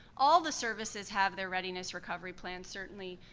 all the services have their readiness recovery plans. certainly,